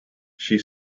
she